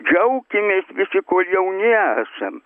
džiaukimės visi kol jauni esam